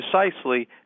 precisely